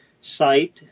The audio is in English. site